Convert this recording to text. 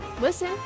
Listen